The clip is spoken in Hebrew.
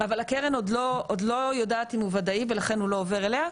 אבל הקרן עוד לא יודעת אם הוא וודאי ולכן הוא עוד לא עובר אליה,